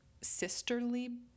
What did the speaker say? sisterly